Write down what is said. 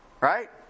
Right